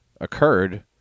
occurred